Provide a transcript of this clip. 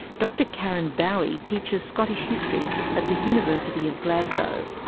dr karin bowie teaches scottish history at the university of glasgow.